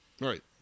right